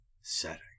Setting